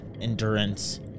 endurance